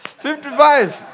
55